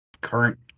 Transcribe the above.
current